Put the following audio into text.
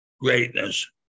greatness